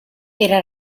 era